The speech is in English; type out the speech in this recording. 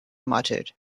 muttered